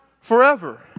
forever